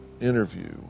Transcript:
interview